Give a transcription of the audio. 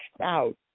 out